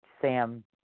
Sam